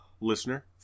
Listener